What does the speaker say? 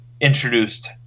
introduced